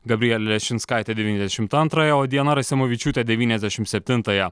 gabrielė leščinskaitė devyniasdešimt antrąją o diana rasimovičiūtė devyniasdešim septintąją